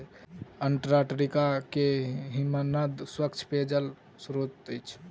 Antarctica के हिमनद स्वच्छ पेयजलक स्त्रोत अछि